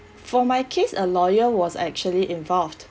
for my case a lawyer was actually involved